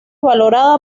valorada